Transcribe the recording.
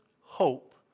hope